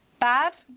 bad